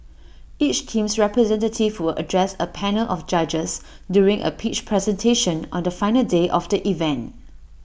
each team's representative address A panel of judges during A pitch presentation on the final day of the event